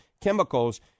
chemicals